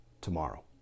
tomorrow